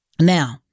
Now